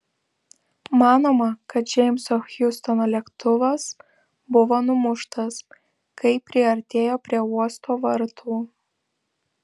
manoma kad džeimso hjustono lėktuvas buvo numuštas kai priartėjo prie uosto vartų